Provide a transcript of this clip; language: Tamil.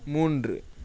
மூன்று